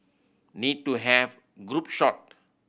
need to have group shot